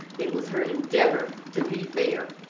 it was her endeavor to be fair,